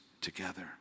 together